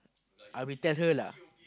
I will tell her lah